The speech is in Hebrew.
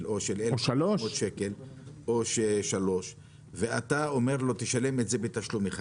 או 3,000 שקלים ואתה אומר לו תשלם את זה בתשלום אחד,